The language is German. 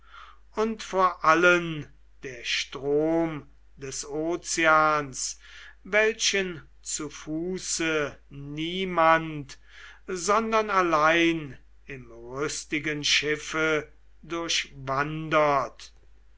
und vor allen der strom des ozeans welchen zu fuße niemand sondern allein im rüstigen schiffe